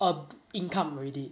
a income already